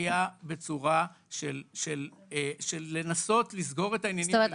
היה בצורה של לנסות לסגור את העניינים --- זאת אומרת,